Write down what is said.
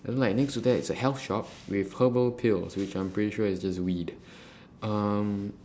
then like next to that is a health shop with herbal pills which I'm pretty sure is just weed um